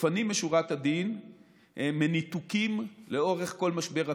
לפנים משורת הדין מניתוקים לאורך כל משבר הקורונה,